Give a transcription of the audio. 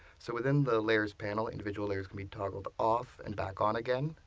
so within the layers panel, individual layers can be toggled off and back on again,